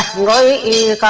re a